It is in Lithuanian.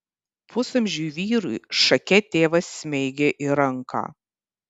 pusamžiui vyrui šake tėvas smeigė į ranką